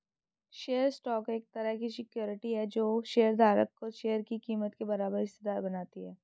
share stock एक तरह की सिक्योरिटी है जो शेयर धारक को शेयर की कीमत के बराबर हिस्सेदार बनाती है